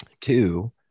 Two